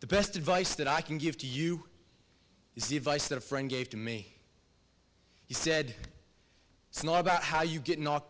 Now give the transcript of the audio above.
the best advice that i can give to you is the advice that a friend gave to me he said it's not about how you get knocked